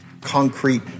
concrete